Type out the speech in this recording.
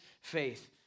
faith